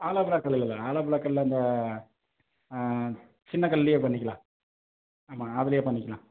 hollow block கல்லில் தான் hollow block கல் அந்த சின்ன கல்லிலே பண்ணிக்கலாம் ஆமாம் அதிலயே பண்ணிக்கலாம்